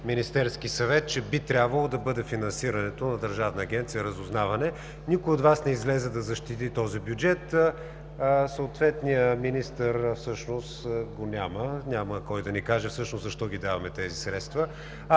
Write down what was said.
Министерският съвет, че би трябвало да бъде финансирането на Държавна агенция „Разузнаване“. Никой от Вас не излезе да защити този бюджет, а съответният министър всъщност го няма. Няма кой да ни каже всъщност защо ги даваме тези средства.